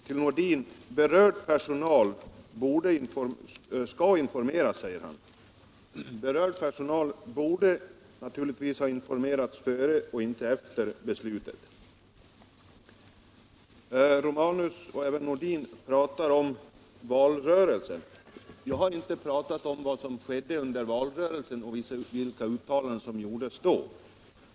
Herr talman! Får jag bara helt kort säga några ord med anledning av herr Nordins anförande. Han sade att den berörda personalen skall informeras. Men den berörda personalen borde naturligtvis ha informerats före och inte efter beslutet. Herr Romanus, och även herr Nordin, talade om valrörelsen. Jag har inte talat om vad som skedde under valrörelsen och vilka uttalanden som gjordes då.